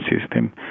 system